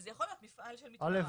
זה יכול להיות מפעל של מתפרה --- אל"ף